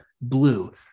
blue